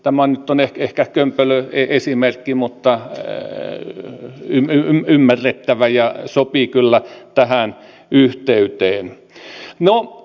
tämä nyt on ehkä kömpelö esimerkki mutta ymmärrettävä ja sopii kyllä tähän yhteyteen